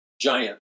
giant